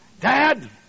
Dad